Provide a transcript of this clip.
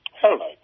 Hello